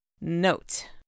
Note